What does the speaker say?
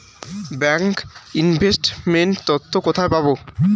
Bank investment তথ্য কোথায় পাব?